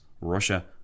Russia